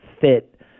fit